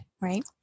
right